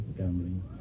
gambling